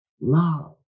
love